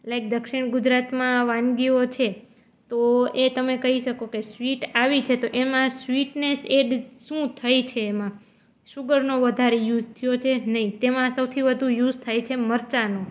like દક્ષિણ ગુજરાતમાં વાનગીઓ છે તો એ તમે કહી શકો કે સ્વીટ આવી છે તો એમાં સ્વીટનેસ એડ શું થાય છે એમાં સુગરનો વધારે યુઝ થયો છે નહીં તેમાં સૌથી વધુ યુઝ થાય છે મરચાનો